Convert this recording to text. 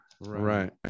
right